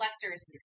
collectors